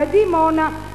בדימונה,